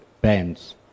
bands